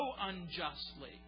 unjustly